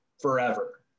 forever